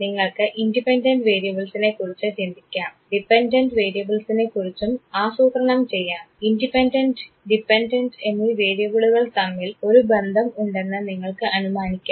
നിങ്ങൾക്ക് ഇൻഡിപെൻഡൻറ് വേരിയബിൾസിനെ കുറിച്ച് ചിന്തിക്കാം ഡിപെൻഡൻറ് വേരിയബിൾസിനെ കുറിച്ചും ആസൂത്രണം ചെയ്യാം ഇൻഡിപെൻഡൻറ് ഡിപെൻഡൻറ് എന്നീ വേരിയബിളുകൾ തമ്മിൽ ഒരു ബന്ധം ഉണ്ടെന്നും നിങ്ങൾക്ക് അനുമാനിക്കാം